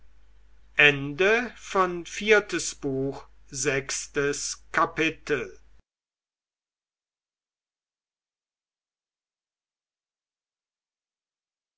viertes buch erstes kapitel